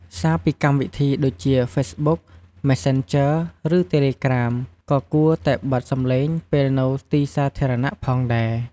សារពីកម្មវិធីដូចជា ហ្វេសបុក (Facebook) មេសសេនជឺ (Messanger) ឬ តេលេក្រាម (Telagram) ក៏គួរតែបិទសំឡេងពេលនៅទីសាធារណៈផងដែរ។